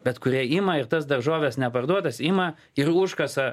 bet kurie ima ir tas daržoves neparduotas ima ir užkasa